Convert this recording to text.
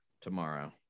Tomorrow